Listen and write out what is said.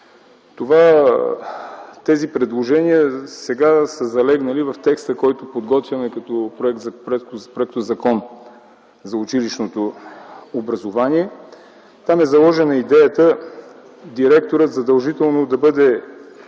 Тези предложения сега са залегнали в текста, който подготвяме като проектозакон за училищното образование. Там е заложена идеята директорът задължително да бъде